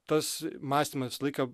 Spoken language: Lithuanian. tas mąstymas visą laiką